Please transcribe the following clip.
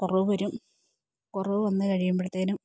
കുറവ് വരും കുറവ് വന്ന് കഴിയുമ്പോഴ്ത്തേനും